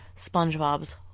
SpongeBob's